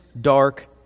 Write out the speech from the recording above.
dark